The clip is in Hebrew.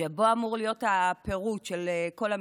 שבו אמור להיות הפירוט של כל המשרדים,